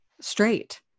straight